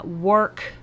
work